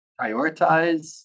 prioritize